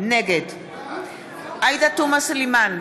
נגד עאידה תומא סלימאן,